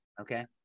Okay